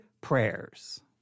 prayers